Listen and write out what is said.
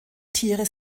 tiere